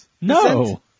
No